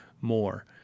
more